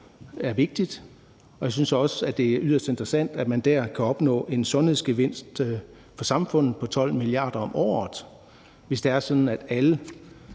er vigtigt, og jeg synes også, det er yderst interessant, at man dér kan opnå en sundhedsgevinst for samfundet på 12 mia. kr. om året, hvis det er sådan, at alle